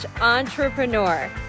entrepreneur